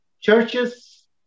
churches